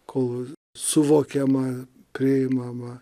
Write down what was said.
kol suvokiama priimama